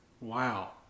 Wow